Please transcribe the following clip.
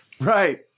Right